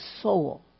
soul